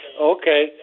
okay